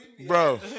Bro